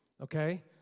Okay